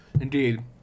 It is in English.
indeed